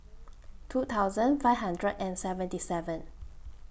two thousand five hundred and seventy seven